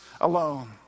alone